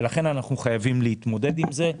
ולכן אנחנו חייבים להתמודד עם זה.